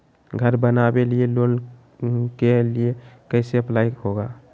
घर बनावे लिय लोन के लिए कैसे अप्लाई होगा?